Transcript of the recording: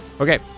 Okay